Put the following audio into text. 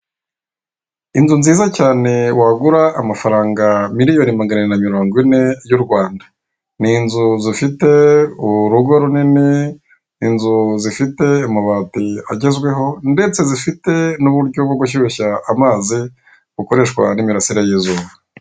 Inzu nziza cyane wagura amafaranga miliyoni magana biri na mirongo ine y'u Rwanda, n'inzu zifite urugo runini, inzu zifite amabati agezweho ndetse zifite n'uburyo bwo gushyushya amazi bukoreshwa n'imirasire y'izuba.